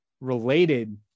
related